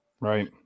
right